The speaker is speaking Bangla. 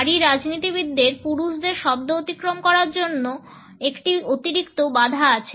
নারী রাজনীতিবিদদের পুরুষদের শব্দ অতিক্রম করার জন্য একটি অতিরিক্ত বাধা আছে